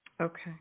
Okay